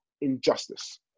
injustice